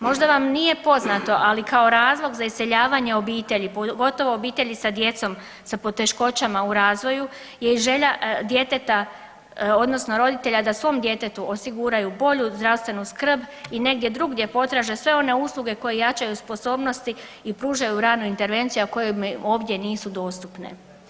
Možda vam nije poznato, ali kao razloga za iseljavanje obitelji pogotovo obitelji sa djecom sa poteškoćama u razvoju je i želja djeteta odnosno roditelja da svom djetetu osiguraju bolju zdravstvenu skrb i negdje drugdje potraže sve one usluge koje jačaju sposobnosti i pružaju ranu intervenciju, a koje nisu ovdje dostupne.